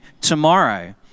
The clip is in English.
tomorrow